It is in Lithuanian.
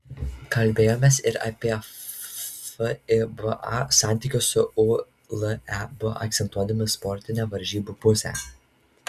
kalbėjomės ir apie fiba santykius su uleb akcentuodami sportinę varžybų pusę